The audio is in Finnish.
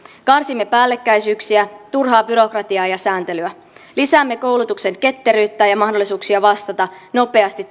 karsimme päällekkäisyyksiä turhaa byrokratiaa ja sääntelyä lisäämme koulutuksen ketteryyttä ja mahdollisuuksia vastata nopeasti